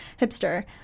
hipster